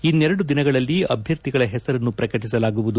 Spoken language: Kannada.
ಇನ್ನೆರಡು ದಿನಗಳಲ್ಲಿ ಅಭ್ವರ್ಥಿಗಳ ಹೆಸರನ್ನು ಪ್ರಕಟಿಸಲಾಗುವುದು